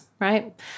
right